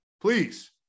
please